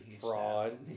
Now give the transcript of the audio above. fraud